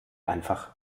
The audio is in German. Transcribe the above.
einfach